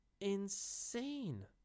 insane